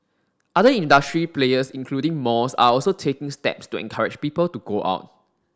other industry players including malls are also taking steps to encourage people to go out